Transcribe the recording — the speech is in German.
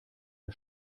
der